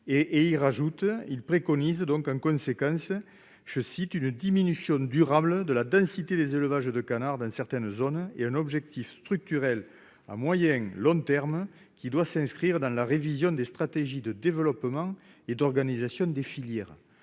et il rajoute, il donc, en conséquence, je cite, une diminution durable de la densité des élevages de canards dans certaines zones, et un objectif structurel à moyen long terme, qui doit s'inscrire dans la révision des stratégies de développement et d'organisation des filières,